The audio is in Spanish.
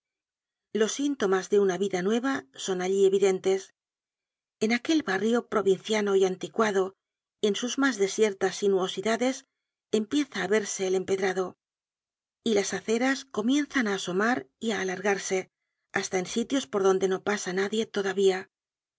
los síntomas de una vida nueva son allí evidentes en aquel barrio provinciano y anticuado y en sus mas desiertas sinuosidades empieza á verse el empedrado y las aceras comienzan á asomar y á alargarse hasta en sitios por donde no pasa nadie todavía